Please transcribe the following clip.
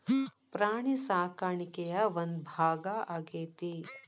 ಪ್ರಾಣಿ ಸಾಕಾಣಿಕೆಯ ಒಂದು ಭಾಗಾ ಆಗೆತಿ